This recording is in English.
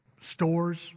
Stores